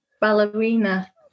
ballerina